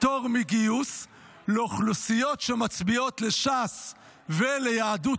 פטור מגיוס לאוכלוסיות שמצביעות לש"ס וליהדות